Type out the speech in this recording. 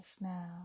now